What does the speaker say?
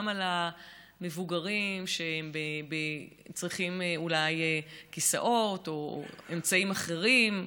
גם על המבוגרים שצריכים אולי כיסאות או אמצעים אחרים,